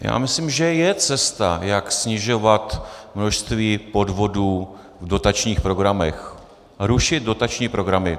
Já myslím, že je cesta, jak snižovat množství podvodů v dotačních programech rušit dotační programy.